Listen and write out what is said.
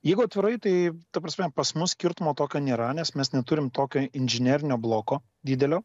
jeigu atvirai tai ta prasme pas mus skirtumo tokio nėra nes mes neturim tokio inžinerinio bloko didelio